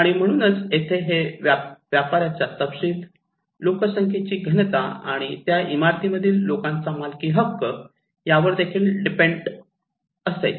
आणि म्हणूनच इथे हे व्यापाराचा तपशील लोकसंख्येची घनता आणि त्या इमारतीमधील लोकांचा मालकी हक्क यावर देखील डिपेंड असेल